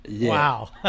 Wow